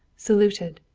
saluted.